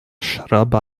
scrub